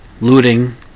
Looting